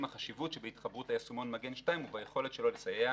החשיבות שבהתחברות ליישומון "מגן 2" וביכולת שלו לסייע